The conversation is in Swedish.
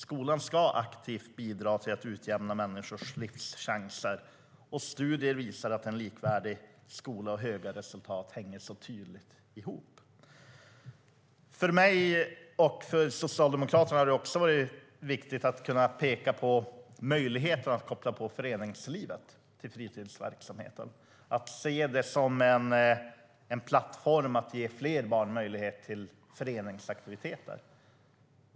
Skolan ska aktivt bidra till att utjämna människors livschanser, och studier visar att en likvärdig skola och höga resultat hänger ihop tydligt. För mig och Socialdemokraterna har det också varit viktigt att kunna peka på möjligheten att koppla på föreningslivet till fritidsverksamheten, att se det som en plattform att ge fler barn möjlighet till föreningsaktiviteter.